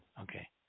Okay